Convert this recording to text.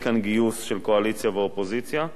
אין כאן גיוס של קואליציה ואופוזיציה.